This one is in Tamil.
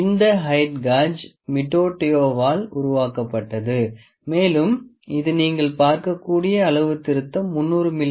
இந்த ஹெயிட் காஜ் மிட்டோடோயோவால் உருவாக்கப்பட்டது மேலும் இது நீங்கள் பார்க்கக்கூடிய அளவுத்திருத்தம் 300 மி